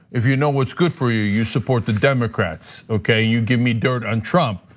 if you know what's good for you, you support the democrats, okay, you give me dirt on trump,